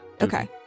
Okay